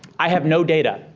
i have no data.